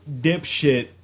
dipshit